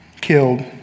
killed